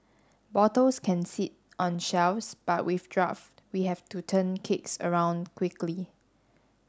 bottles can sit on shelves but with draft we have to turn kegs around quickly